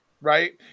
Right